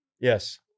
Yes